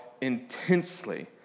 intensely